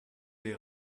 les